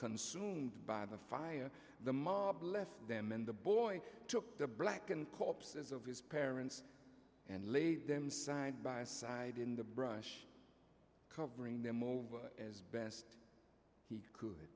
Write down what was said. consumed by the fire the mob left them and the boy took the blackened corpses of his parents and laid them side by side in the brush covering them over as best